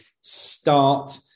start